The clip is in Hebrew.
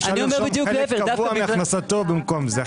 אפשר לרשום חלק קבוע מהכנסתו במקום זה.